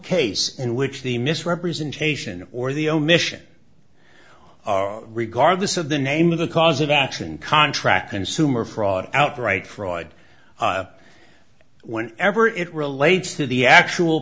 case in which the misrepresentation or the omission or regardless of the name of the cause of action contract consumer fraud outright fraud when ever it relates to the actual